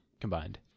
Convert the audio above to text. combined